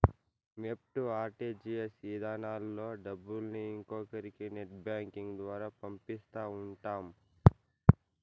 NEFT, RTGS ఇధానాల్లో డబ్బుల్ని ఇంకొకరి నెట్ బ్యాంకింగ్ ద్వారా పంపిస్తా ఉంటాం